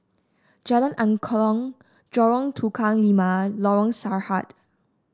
Jalan Angklong Lorong Tukang Lima Lorong Sarhad